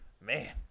Man